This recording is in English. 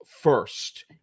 First